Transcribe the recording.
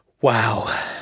Wow